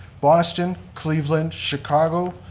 boston, cleveland, chicago,